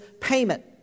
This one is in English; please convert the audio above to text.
payment